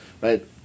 right